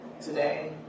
Today